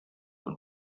und